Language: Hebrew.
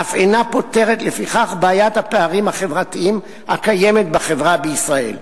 אף אינה פותרת לפיכך בעיית הפערים החברתיים הקיימת בחברה בישראל.